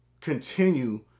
continue